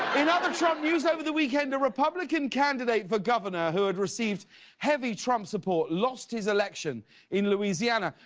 in other trump news over the weekend a republican candidate for governor who and received heavy trump support lost his election in louisiana,